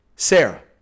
Sarah